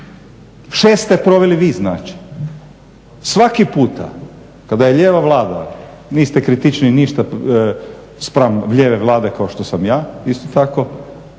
6 ste proveli vi znači, svaki puta kada je lijeva vlada, niste kritičniji ništa spram lijeve vlade kao što sam ja isto tako,